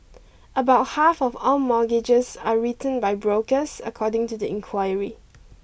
about half of all mortgages are written by brokers according to the inquiry